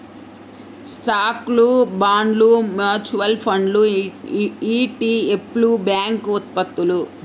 స్టాక్లు, బాండ్లు, మ్యూచువల్ ఫండ్లు ఇ.టి.ఎఫ్లు, బ్యాంక్ ఉత్పత్తులు